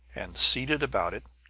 and seated about it,